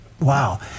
Wow